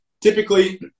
typically